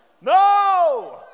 No